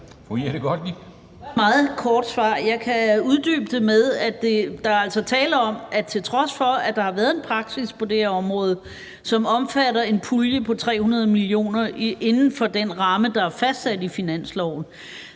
Jeg kan uddybe det med, at der altså er tale om, at til trods for at der har været praksis på det her område, som omfatter en pulje på 300 mio. kr. inden for den ramme, der er fastsat i finansloven,